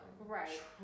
Right